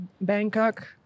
bangkok